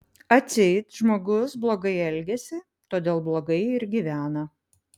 atseit žmogus blogai elgiasi todėl blogai ir gyvena